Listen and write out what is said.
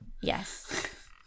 yes